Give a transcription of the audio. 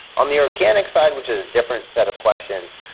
on the organic side, which has a different set of questions,